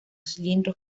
cilindros